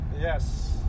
Yes